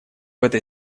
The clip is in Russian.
этой